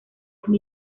con